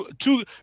two